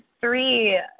three